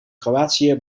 kroatië